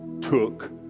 took